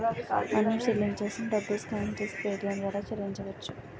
మనం చెల్లించాల్సిన డబ్బులు స్కాన్ చేసి పేటియం ద్వారా చెల్లించవచ్చు